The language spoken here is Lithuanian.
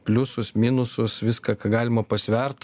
pliusus minusus viską ką galima pasvert